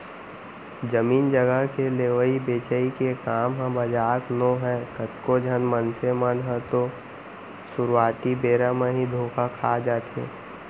जमीन जघा के लेवई बेचई के काम ह मजाक नोहय कतको झन मनसे मन ह तो सुरुवाती बेरा म ही धोखा खा जाथे